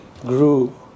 grew